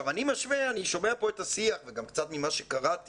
אני שומע פה את השיח וגם קצת ממה שקראתי,